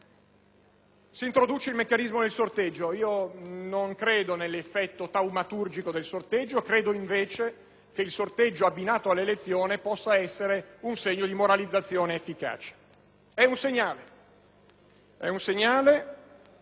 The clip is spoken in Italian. Si introduce quindi il meccanismo del sorteggio. Non credo nell'effetto taumaturgico del sorteggio. Credo, invece, che il sorteggio abbinato all'elezione possa essere un segno di moralizzazione efficace. È un segnale